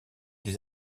des